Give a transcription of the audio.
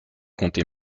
compté